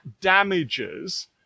damages